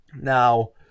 Now